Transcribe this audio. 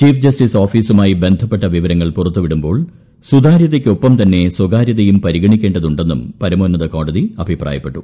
chief justice ഓഫീസുമായി ബന്ധപ്പെട്ട വിവരങ്ങൾ പുറത്തു വിടുമ്പോൾ സുതാര്യതയ്ക്കൊപ്പം തന്നെ സ്വകാര്യതയും പരിഗണിക്കേണ്ടതുണ്ടെന്നും പരമോന്നത കോടതി അഭിപ്രായപ്പെട്ടു